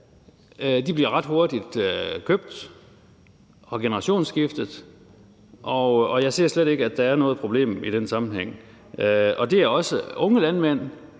bliver ret hurtigt købt og generationsskiftet, og jeg ser slet ikke, at der er noget problem i den sammenhæng. Det er også unge landmænd,